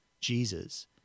Jesus